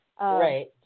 right